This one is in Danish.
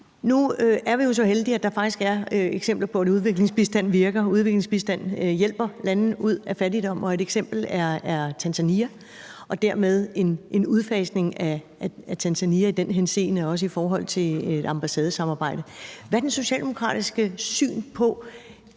Nu er vi jo så heldige, at der faktisk er eksempler på, at udviklingsbistanden virker, at udviklingsbistanden hjælper landene ud af fattigdom Et eksempel er Tanzania, hvor der sker en udfasning af Tanzania i den henseende, også i forhold til ambassadesamarbejde. Hvad er det socialdemokratiske syn på